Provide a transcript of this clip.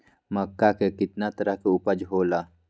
मक्का के कितना तरह के उपज हो ला?